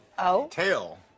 tail